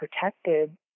protected